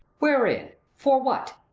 wherein? for what?